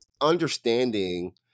understanding